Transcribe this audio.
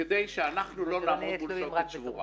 שלא נעמוד מול שוקת שבורה.